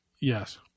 Yes